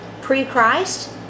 pre-Christ